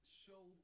show